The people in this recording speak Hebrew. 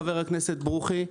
חבר הכנסת ברוכי,